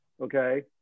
okay